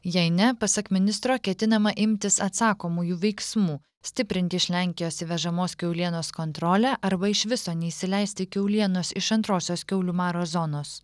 jei ne pasak ministro ketinama imtis atsakomųjų veiksmų stiprinti iš lenkijos įvežamos kiaulienos kontrolę arba iš viso neįsileisti kiaulienos iš antrosios kiaulių maro zonos